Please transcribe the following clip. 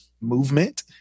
movement